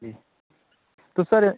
जी तो सर